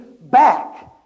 back